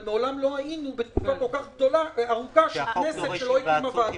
אבל מעולם לא היינו בתקופה ארוכה כל כך של כנסת שלא התקיימו בה ועדות.